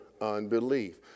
unbelief